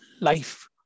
life